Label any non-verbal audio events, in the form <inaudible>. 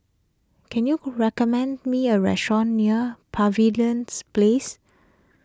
can you recommend me a restaurant near Pavilion <noise> Place